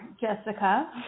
Jessica